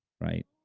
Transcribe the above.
right